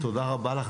תודה רבה לך,